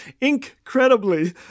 Incredibly